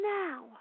now